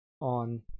on